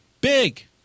Big